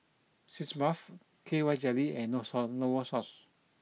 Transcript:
sitz bath K Y jelly and north Novosource